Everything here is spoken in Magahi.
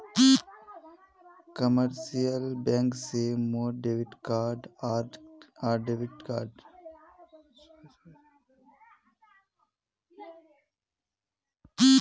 कमर्शियल बैंक से मोर डेबिट कार्ड आर क्रेडिट कार्डेर सुविधा लुआ सकोही